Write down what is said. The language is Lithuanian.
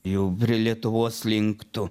jau prie lietuvos linktų